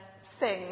sing